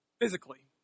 Physically